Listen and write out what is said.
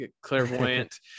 clairvoyant